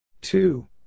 Two